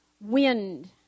wind